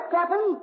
Captain